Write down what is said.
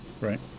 right